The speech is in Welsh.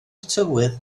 tywydd